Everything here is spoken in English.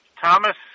Thomas